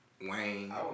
Wayne